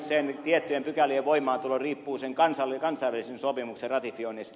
sen tiettyjen pykälien voimaantulo riippuu sen kansainvälisen sopimuksen ratifioinnista